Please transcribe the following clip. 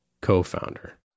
co-founder